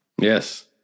Yes